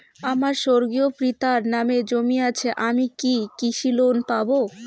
আমার স্বর্গীয় পিতার নামে জমি আছে আমি কি কৃষি লোন পাব?